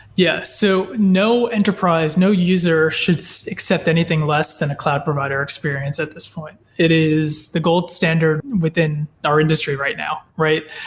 yeah so no enterprise, no user should accept anything less than a cloud provider experience at this point. it is the gold standard within our industry right now, right?